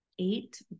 eight